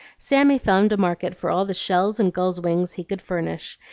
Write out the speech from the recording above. sammy found a market for all the shells and gulls' wings he could furnish,